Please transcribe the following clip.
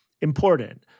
important